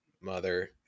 mother